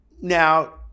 Now